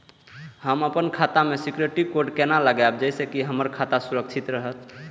हम अपन खाता में सिक्युरिटी कोड केना लगाव जैसे के हमर खाता सुरक्षित रहैत?